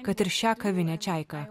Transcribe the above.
kad ir šią kavinę čaiką